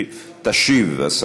המערכת.